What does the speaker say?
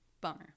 Bummer